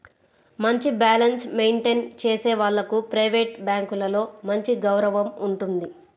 మంచి balance maintain చేసే వాళ్లకు ప్రైవేట్ బ్యాంకులలో మంచి గౌరవం ఉంటుంది